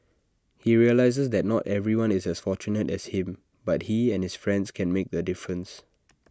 he realises that not everyone is as fortunate as him but he and his friends can make A difference